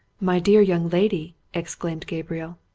my dear young lady! exclaimed gabriel,